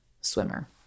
swimmer